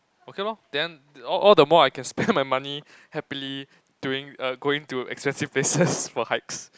okay lor then all all the more I can spend my money happily doing err going to expensive place for hikes